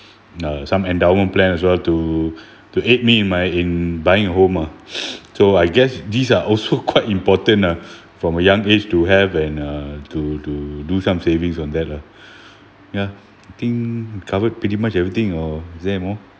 no some endowment plan as well to to aid me in my in buying a home mah so I guess these are also quite important ah from a young age to have an uh to to do some savings on that lah ya I think covered pretty much everything or is there anymore